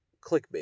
clickbait